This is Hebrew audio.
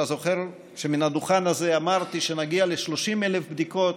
אתה זוכר שמן הדוכן הזה אמרתי שנגיע ל-30,000 בדיקות,